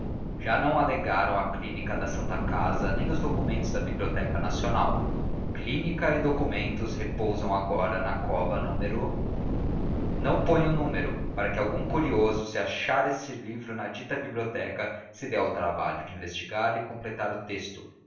já não alegaram a clínica da santa casa nem os documentos da biblioteca nacional clínica e documentos repousam agora na cova no não ponho o número para que algum curioso se achar este livro na dita biblioteca se dê ao trabalho de investigar e completar o texto